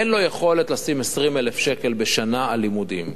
אין לו יכולת לשים 20,000 בשנה על לימודים,